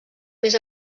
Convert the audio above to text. més